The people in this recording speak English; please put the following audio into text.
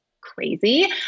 crazy